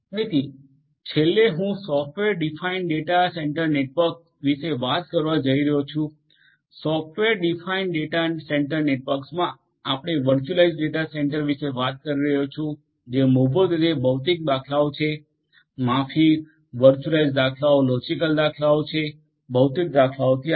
તેથી છેલ્લે હું software define data center network વિશે વાત કરવા જઇ રહ્યો છું સોફ્ટવેર ડિફાઇન ડેટા સેન્ટર નેટવર્કમાં આપણે વર્ચ્યુઅલાઇઝ્ડ ડેટા સેંટર વિશે વાત કરી રહ્યો છું જે મૂળભૂત રીતે ભૌતિક દાખલાઓ છે માફી વર્ચ્યુઅલાઇઝ્ડ દાખલાઓ લોજિકલ દાખલાઓ છે ભૌતિક દાખલાઓથી આગળ